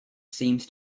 seems